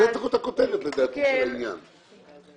הוועדה מבקשת בדיקה מעמיקה יותר של הדברים,